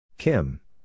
Kim